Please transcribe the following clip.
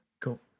Cool